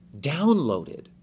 downloaded